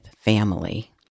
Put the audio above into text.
family